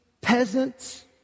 peasants